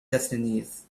destinies